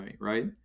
right